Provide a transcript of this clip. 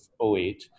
08